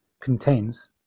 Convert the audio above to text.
contains